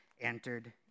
entered